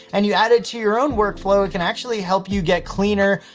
and you add it to your own workflow. it can actually help you get cleaner,